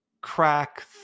crack